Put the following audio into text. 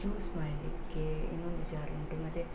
juice ಮಾಡಲಿಕ್ಕೆ ಇನ್ನೊಂದು jar ಉಂಟು ಮತ್ತೆ